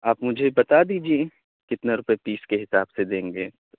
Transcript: آپ مجھے بتا دیجیے کتنا روپے پیس کے حساب سے دیں گے